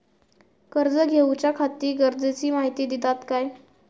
कर्ज घेऊच्याखाती गरजेची माहिती दितात काय?